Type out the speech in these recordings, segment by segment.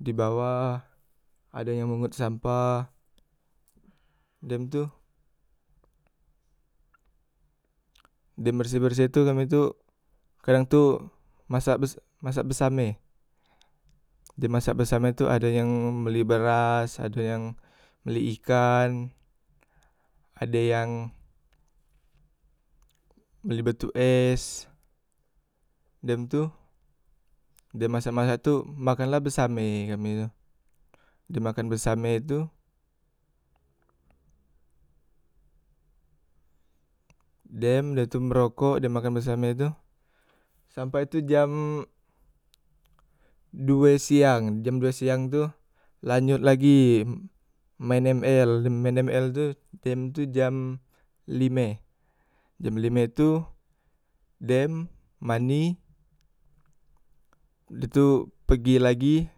Di bawah ado yang mungut sampah, dem tu dem berseh- berseh tu kami tu kadang tu masak, masak besame, dem masak besame tu ade yang beli beras, ade yang beli ikan, ade yang beli batu es, dem tu dem masak- masak tu makan la besame kami tu, dem makan besame tu dem de tu merokok dem makan besame tu sampai tu jam, due siang, jam due siang tu lanjot lagi maen ml, dem main ml tu dem jam lime, jam lime tu dem mani, da tu pegi lagi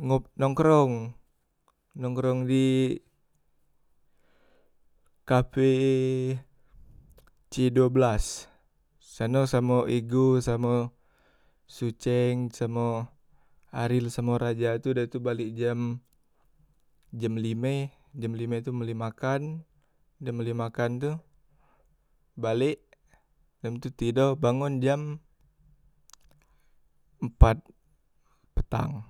non ngop nongkrong, nongkrong di kafe c due belas sano samo ego, samo suceng, samo aril, samo raja tu da tu balek jam jam lime, jam lime tu beli makan, beli makan tu balek, dem tu tido bangun jam empat, petang.